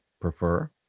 prefer